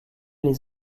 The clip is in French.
les